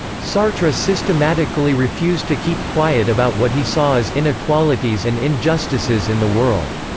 sartre systematically refused to keep quiet about what he saw as inequalities and injustices in the world.